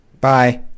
Bye